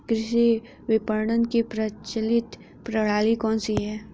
कृषि विपणन की प्रचलित प्रणाली कौन सी है?